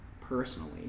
personally